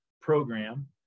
program